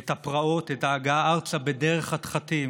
את הפרעות, את ההגעה ארצה בדרך חתחתים